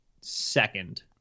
second